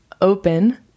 open